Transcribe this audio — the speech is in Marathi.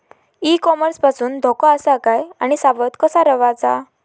ई कॉमर्स पासून धोको आसा काय आणि सावध कसा रवाचा?